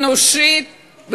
אנושית,